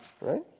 Right